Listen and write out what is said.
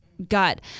gut